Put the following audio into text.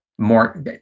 More